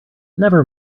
never